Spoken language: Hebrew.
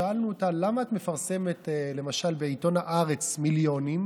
שאלנו אותה: למה את מפרסמת בעיתון הארץ במיליונים,